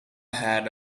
had